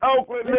Oakland